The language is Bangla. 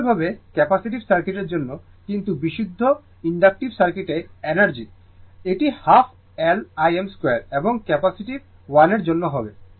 একইভাবে ক্যাপাসিটিভ সার্কিটের জন্য কিন্তু বিশুদ্ধ ইন্ডাক্টিভ সার্কিটে এনার্জি এটি হাফ L Im 2 এবং ক্যাপাসিটিভ 1 এর জন্য হবে